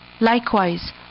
likewise